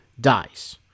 dies